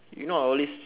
you know I always